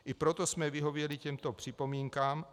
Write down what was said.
I proto jsme vyhověli těmto připomínkám.